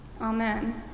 Amen